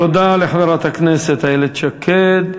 תודה לחברת הכנסת איילת שקד.